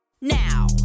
now